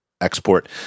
export